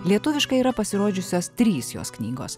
lietuviškai yra pasirodžiusios trys jos knygos